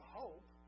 hope